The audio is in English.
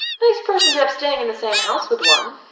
nice person to have staying in the same house with one!